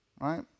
right